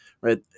right